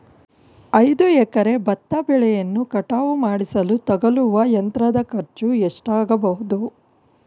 ಐದು ಎಕರೆ ಭತ್ತ ಬೆಳೆಯನ್ನು ಕಟಾವು ಮಾಡಿಸಲು ತಗಲುವ ಯಂತ್ರದ ಖರ್ಚು ಎಷ್ಟಾಗಬಹುದು?